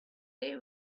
they